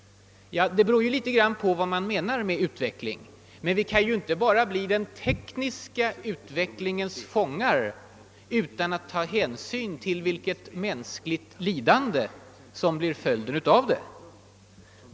Det beror på vad man menar med »utvecklingen». Vi får inte bli den tekniska utvecklingens fångar utan att ta hänsyn till vilket mänskligt lidande som kan bli följden därav.